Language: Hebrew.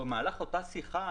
במהלך אותה שיחה,